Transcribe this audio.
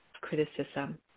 criticism